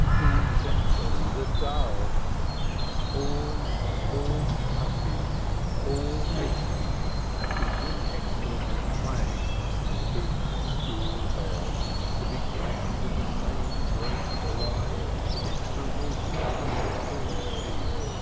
the exemplary, the dull spawn of all countries all hastening at the inexorable clang of the big school-bell to be ground in the same great, blind, inexorable governmental machine.